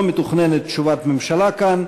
לא מתוכננת תשובת הממשלה כאן,